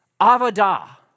avada